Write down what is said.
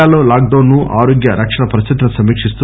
జిల్లాలో lockdown ను ఆరోగ్య రక్షణ పరిస్థితులను సమీకిస్తూ